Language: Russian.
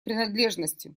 принадлежностью